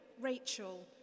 Rachel